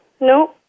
No